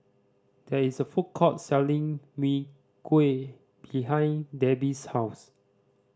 there is a food court selling Mee Kuah behind Debby's house